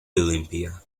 olimpia